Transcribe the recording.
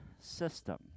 system